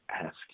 ask